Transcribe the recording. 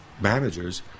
managers